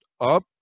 up